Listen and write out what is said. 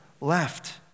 left